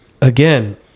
Again